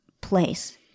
place